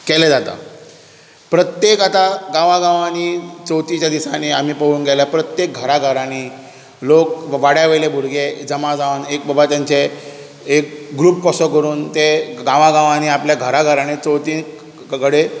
केलें जाता प्रत्येक आतां गांवां गांवांनी चवथीच्या दिसांनी आमी पळोवूंक गेल्यार प्रत्येक घरा घरांनीं लोक वाड्यावेले भुरगे जमा जावन एक बाबा ताचें एक ग्रूप कसो करून ते गांवा गांवांनी आपल्या घरा घरांनी चवथी कडेन